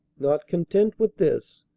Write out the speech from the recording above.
not content with this,